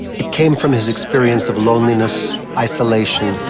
it came from his experience of loneliness, isolation,